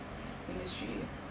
industry